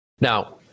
Now